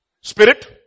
spirit